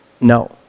No